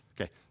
Okay